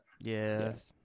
yes